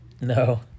No